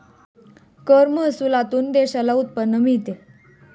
कर महसुलातून देशाला उत्पन्न मिळते